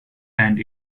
and